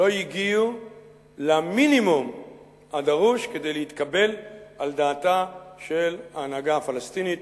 לא הגיעו למינימום הדרוש כדי להתקבל על דעתה של ההנהגה הפלסטינית.